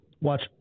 watch